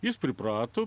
jis priprato